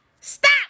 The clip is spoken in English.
stop